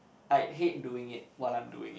I hate doing it while I'm doing it